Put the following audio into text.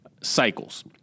cycles